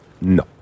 No